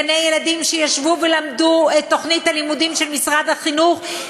גני-ילדים שישבו ולמדו את תוכנית הלימודים של משרד החינוך,